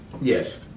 Yes